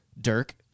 Dirk